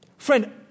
Friend